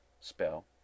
spell